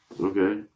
Okay